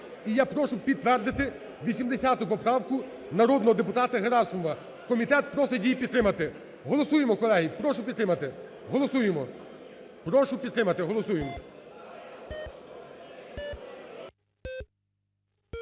І прошу підтвердити 80 поправку народного депутата Герасимова. Комітет просить її підтримати. Голосуємо, колеги, прошу підтримати. Голосуємо, прошу підтримати, голосуємо.